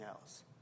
else